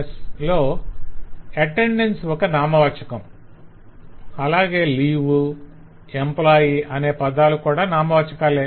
' లో అటెన్డెన్సు ఒక నామవాచకం అలాగే 'leave' లీవ్ 'employee' ఎంప్లాయ్ అనే పదాలు కూడా నామవాచాకాలే